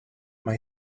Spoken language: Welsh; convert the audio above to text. mae